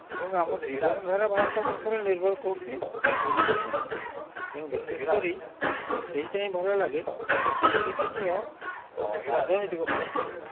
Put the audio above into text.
ଏବଂ ଆମ ଜୀବନ ଧାରା ଭାରତ ବର୍ଷରେ ନିର୍ଭର କରୁଛି ଏଇ ଶାସନ ଉପରେ ତେଣୁ ବିଶେଷ କରି ଆମକୁ ସେଇଟା ହିଁ ଭଲ ଲାଗେ ଯେ ପ୍ରତିଦିନର ରାଜନୈତିକ ଖବର ପଢ଼ିବା ପାଇଁ